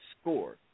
score